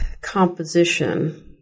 composition